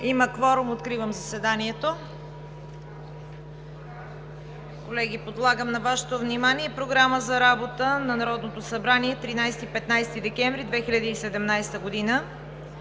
Има кворум – откривам заседанието. (Звъни.) Колеги, предлагам на Вашето внимание Програма за работа на Народното събрание 13 – 15 декември 2017 г.